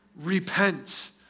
repent